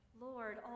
lord